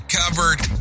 covered